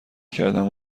کردن